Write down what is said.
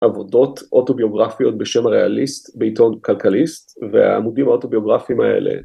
עבודות אוטוביוגרפיות בשם ריאליסט בעיתון כלכליסט והעמודים האוטוביוגרפיים האלה